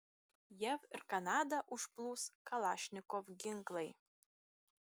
jav ir kanadą užplūs kalašnikov ginklai